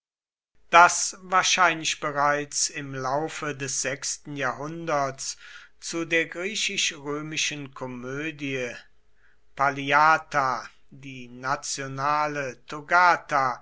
daß wahrscheinlich bereits im laufe des sechsten jahrhunderts zu der griechisch römischen komödie palliata die nationale